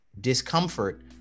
discomfort